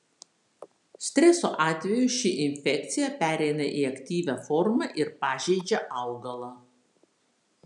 streso atveju ši infekcija pereina į aktyvią formą ir pažeidžia augalą